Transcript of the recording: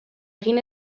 egin